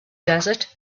desert